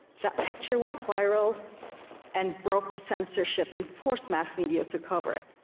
that picture went viral and broke the censorship and forced mass media to cover it.